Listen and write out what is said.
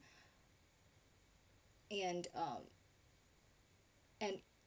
and um and